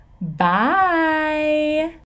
Bye